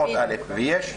300(א) ו-301א.